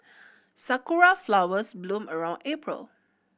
sakura flowers bloom around April